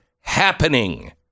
happening